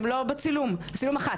בצילום אחת